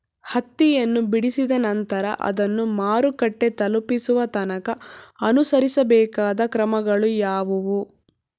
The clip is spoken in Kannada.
ಹತ್ತಿಯನ್ನು ಬಿಡಿಸಿದ ನಂತರ ಅದನ್ನು ಮಾರುಕಟ್ಟೆ ತಲುಪಿಸುವ ತನಕ ಅನುಸರಿಸಬೇಕಾದ ಕ್ರಮಗಳು ಯಾವುವು?